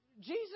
Jesus